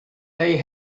they